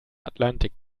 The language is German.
atlantik